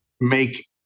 make